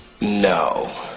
No